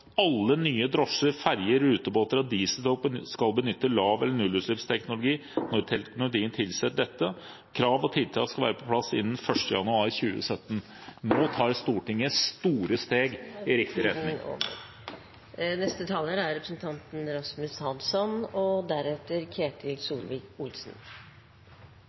lav- eller nullutslippsteknologi når teknologien tilsier dette. Krav og tiltak skal være på plass innen 1. januar 2017.» Nå tar Stortinget store steg i riktig retning.